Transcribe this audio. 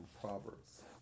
Proverbs